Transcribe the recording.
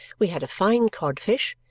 we had a fine cod-fish,